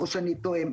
או שאני טועה?